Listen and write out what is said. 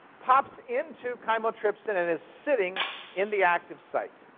pops into chymotrypsin and is sitting in the active site.